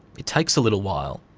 it takes a little while.